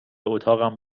اتاقم